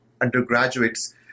undergraduate's